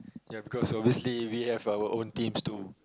ya because obviously we have our own teams too